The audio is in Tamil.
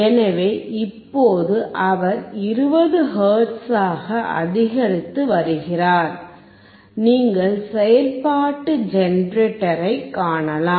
எனவே இப்போது அவர் 20 ஹெர்ட்ஸாக அதிகரித்து வருகிறார் நீங்கள் செயல்பாட்டு ஜெனரேட்டரைக் காணலாம்